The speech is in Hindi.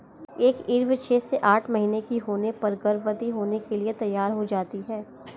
एक ईव छह से आठ महीने की होने पर गर्भवती होने के लिए तैयार हो जाती है